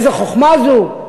איזו חוכמה זו?